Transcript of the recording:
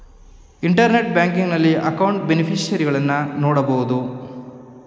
internet banking ನಲ್ಲಿ ಅಕೌಂಟ್ನ ಬೇನಿಫಿಷರಿಗಳನ್ನು ನೋಡಬೋದು